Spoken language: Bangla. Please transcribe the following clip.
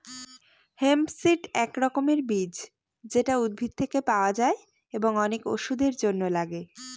হেম্প সিড এক রকমের বীজ যেটা উদ্ভিদ থেকে পাওয়া যায় এবং অনেক ওষুধের জন্য লাগে